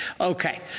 Okay